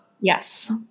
yes